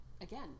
again